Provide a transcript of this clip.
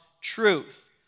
truth